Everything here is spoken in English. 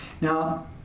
Now